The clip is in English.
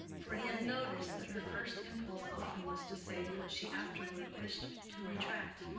for he had noticed that her first impulse often was to say what she afterward wished to retract.